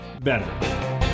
better